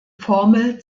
formel